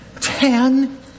Ten